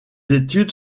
études